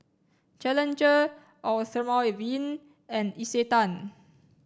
Challenger Eau Thermale Avene and Isetan